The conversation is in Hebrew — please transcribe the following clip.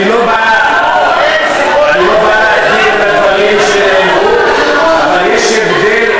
אני לא בא להצדיק את הדברים שנאמרו, אבל יש הבדל,